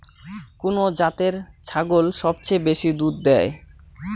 কুন জাতের ছাগল সবচেয়ে বেশি দুধ দেয়?